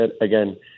again